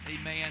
Amen